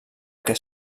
que